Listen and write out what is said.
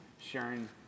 sharing